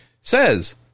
says